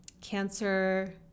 cancer